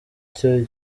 cyo